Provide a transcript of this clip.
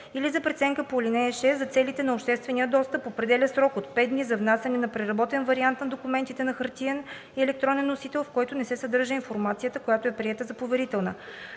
или за преценката по ал. 6. За целите на обществения достъп определя срок до 5 дни за внасяне на преработен вариант на документите на хартиен и електронен носител, в който не се съдържа информацията, която е приета за поверителна.